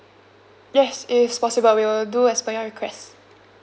yes it is possible we will do as per your request